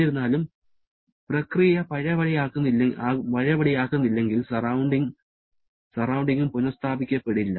എന്നിരുന്നാലും പ്രക്രിയ പഴയപടിയാക്കുന്നില്ലെങ്കിൽ സറൌണ്ടിങ്ങും പുനസ്ഥാപിക്കപ്പെടില്ല